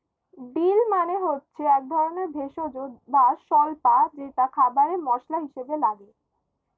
deal মানে হচ্ছে একধরনের ভেষজ বা স্বল্পা যেটা খাবারে মসলা হিসেবে লাগে